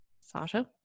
Sasha